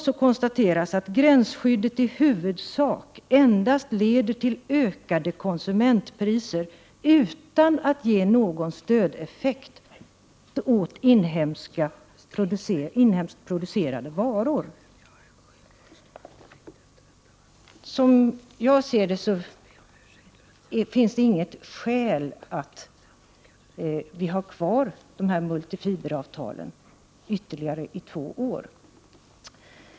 SPK konstaterar vidare att gränsskyddet i huvudsak endast leder till ökade konsumentpriser utan att ge någon stödeffekt till inhemskt producerade varor. Som jag ser det finns inget skäl att ha kvar dessa multifiberavtal ytterligare två år.